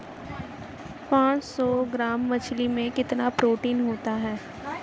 पांच सौ ग्राम मछली में कितना प्रोटीन होता है?